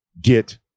get